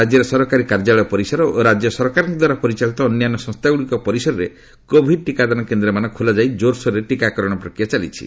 ରାଜ୍ୟର ସରକାରୀ କାର୍ଯ୍ୟାଳୟ ପରିସର ଓ ରାଜ୍ୟ ସରକାରଙ୍କଦ୍ୱାରା ପରିଚାଳିତ ଅନ୍ୟାନ୍ୟ ସଂସ୍ଥାଗୁଡ଼ିକ ପରିସରରେ କୋଭିଡ୍ ଟିକାଦାନ କେନ୍ଦ୍ରମାନ ଖୋଲାଯାଇ ଜୋର୍ସୋର୍ରେ ଟିକାକରଣ ପ୍ରକ୍ରିୟା ଚାଲିଛି